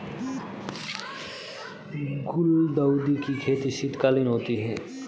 गुलदाउदी की खेती शीतकालीन होती है